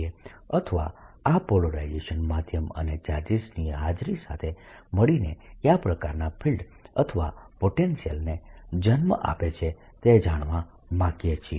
અથવા આ પોલરાઇઝેબલ માધ્યમો અને ચાર્જીસની હાજરી સાથે મળીને કયા પ્રકારનાં ફિલ્ડ્સ અથવા પોટેન્શિયલને જન્મ આપે છે તે જાણવા માંગીએ છીએ